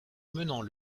menant